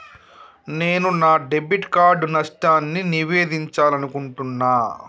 నేను నా debit card నష్టాన్ని నివేదించాలనుకుంటున్నా